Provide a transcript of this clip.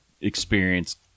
experience